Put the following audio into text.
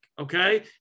okay